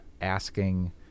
asking